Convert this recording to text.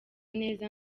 neza